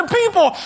people